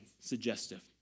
suggestive